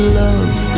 love